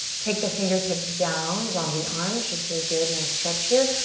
take the fingertips down. zombie arms, should feel good. nice stretch here.